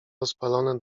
rozpalone